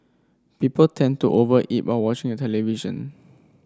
people tend to over eat while watching the television